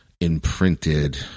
imprinted